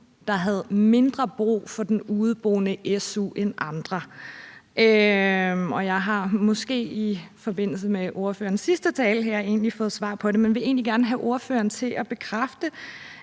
der havde mindre brug for den udeboende su end andre. Jeg har måske i forbindelse med ordførerens sidste tale her fået svar på det, men jeg vil egentlig gerne have ordføreren til at bekræfte,